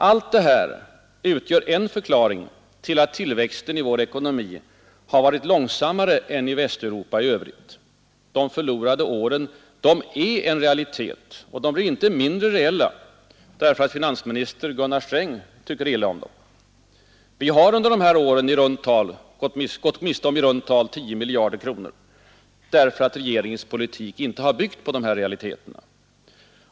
Allt detta utgör en förklaring till att tillväxten i vår ekonomi har varit långsammare än i Västeuropa i övrigt. ”De förlorade åren” är en realitet. Och de blir inte mindre reella därför att finansminister Gunnar Sträng tycker illa om dem. Vi har under dessa år gått miste om i runt tal 10 miljarder kronor därför att regeringens politik inte har byggt på dessa realiteter.